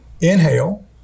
inhale